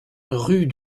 rue